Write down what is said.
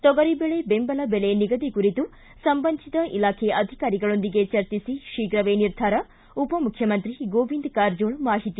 ತೊಗರಿ ಬೆಳೆ ಬೆಂಬಲ ಬೆಲೆ ನಿಗಧಿ ಕುರಿತು ಸಂಬಂಧಿಸಿದ ಇಲಾಖೆ ಅಧಿಕಾರಿಗಳೊಂದಿಗೆ ಚರ್ಚಿಸಿ ಶೀಘವೇ ನಿರ್ಧಾರ ಉಪಮುಖ್ಯಮಂತ್ರಿ ಗೋವಿಂದ್ ಕಾರಜೋಳ್ ಮಾಹಿತಿ